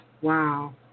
Wow